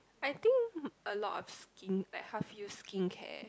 I think a lot of skin like half use skincare